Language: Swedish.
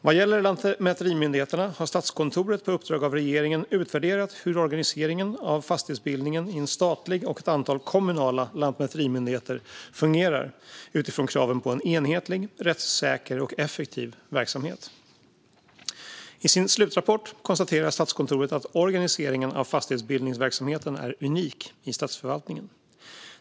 Vad gäller lantmäterimyndigheterna har Statskontoret på uppdrag av regeringen utvärderat hur organiseringen av fastighetsbildningen i en statlig och ett antal kommunala lantmäterimyndigheter fungerar utifrån kraven på en enhetlig, rättssäker och effektiv verksamhet. I sin slutrapport konstaterar Statskontoret att organiseringen av fastighetsbildningsverksamheten är unik i statsförvaltningen.